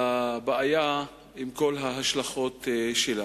לבעיה על כל ההשלכות שלה.